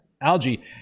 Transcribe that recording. algae